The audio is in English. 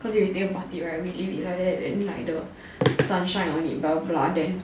cause you think about it right then we leave it like that then sun shine on it then blah blah blah then